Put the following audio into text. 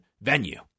venue